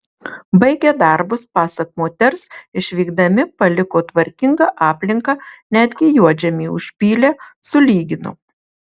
baigę darbus pasak moters išvykdami paliko tvarkingą aplinką netgi juodžemį užpylė sulygino